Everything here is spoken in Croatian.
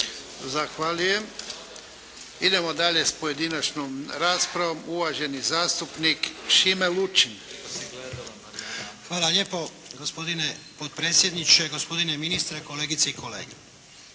Zahvaljujem. Idemo dalje s pojedinačnom raspravom. Uvaženi zastupnik Šime Lučin. **Lučin, Šime (SDP)** Hvala lijepo gospodine potpredsjedniče, gospodine ministre, kolegice i kolege.